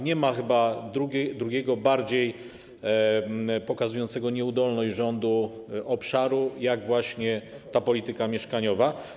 Nie ma chyba drugiego bardziej pokazującego nieudolność rządu obszaru niż właśnie polityka mieszkaniowa.